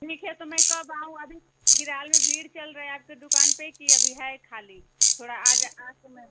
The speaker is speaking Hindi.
ठीक है तो मैं कब आऊँ अभी फिलहाल में भीड़ चल रही है आपके दुकान पर कि अभी है खाली थोड़ा आ जा आके मैं